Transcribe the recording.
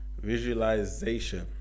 visualization